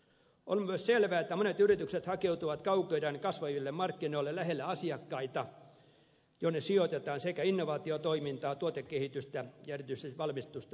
on myös selvää että monet yritykset hakeutuvat kaukoidän kasvaville markkinoille lähelle asiakkaita jonne sijoitetaan innovaatiotoimintaa tuotekehitystä ja erityisesti valmistusta ja huoltoa